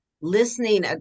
Listening